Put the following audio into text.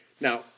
Now